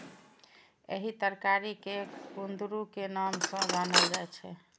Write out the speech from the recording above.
एहि तरकारी कें कुंदरू के नाम सं जानल जाइ छै